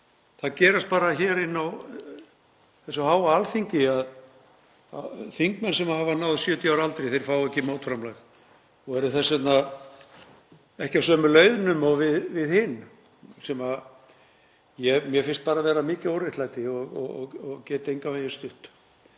það gerast hér á hinu háa Alþingi að þingmenn sem hafa náð 70 ára aldri fá ekki mótframlag og eru þess vegna ekki á sömu launum og við hin, sem mér finnst bara vera mikið óréttlæti og get engan veginn stutt.